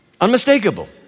unmistakable